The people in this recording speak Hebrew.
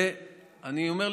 ואני אומר,